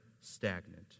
stagnant